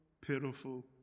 pitiful